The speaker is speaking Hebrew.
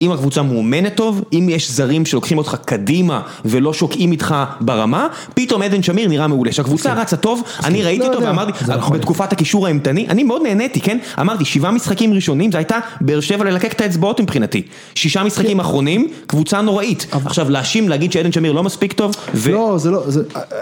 אם הקבוצה מאומנת טוב, אם יש זרים שלוקחים אותך קדימה ולא שוקעים איתך ברמה, פתאום עדן שמיר נראה מעולה. שהקבוצה רצה טוב, אני ראיתי אותו ואמרתי, בתקופת הכישור האימתני, אני מאוד נהניתי, כן? אמרתי, שבעה משחקים ראשונים, זה הייתה באר שבע ללקק את האצבעות מבחינתי. שישה משחקים אחרונים, קבוצה נוראית. עכשיו, להשים להגיד שעדן שמיר לא מספיק טוב, ו... לא, זה לא, זה...